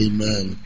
Amen